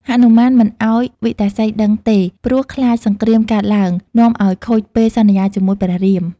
ហនុមានមិនឱ្យវិកតាសីដឹងទេ ព្រោះខ្លាចសង្គ្រាមកើតឡើង នាំឱ្យខូចពេលសន្យាជាមួយព្រះរាម។